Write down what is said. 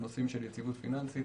על נושאים של יציבות פיננסית,